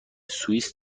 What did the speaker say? سوئیس